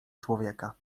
człowieka